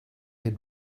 had